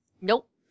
nope